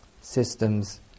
systems